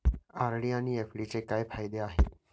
RD आणि एफ.डीचे काय फायदे आहेत?